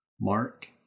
Mark